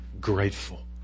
grateful